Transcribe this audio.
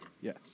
Yes